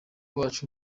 wacu